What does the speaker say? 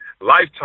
lifetime